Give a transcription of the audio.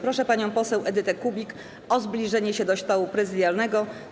Proszę panią poseł Edytę Kubik o zbliżenie się do stołu prezydialnego.